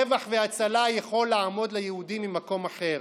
רווח והצלה יכול לעמוד ליהודים ממקום אחר.